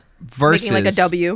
versus